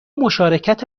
مشارکت